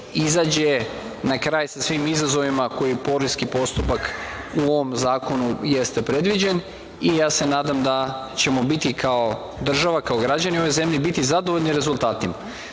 izađe na kraj sa svim izazovima koje poreski postupak u ovom zakonu jeste predviđen. Ja se nadam da ćemo biti kao država, kao građani ove zemlje, zadovoljni rezultatima. Ti